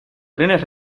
trenes